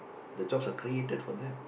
the jobs are created for them